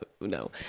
no